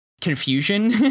confusion